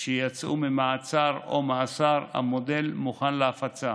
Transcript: שיצאו ממעצר או מאסר, המודל מוכן להפצה.